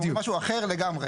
עכשיו אתם אומרים משהו אחר לגמרי.